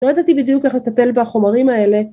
‫לא ידעתי בדיוק איך לטפל ‫בחומרים האלה.